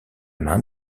main